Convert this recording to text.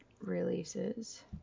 releases